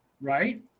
Right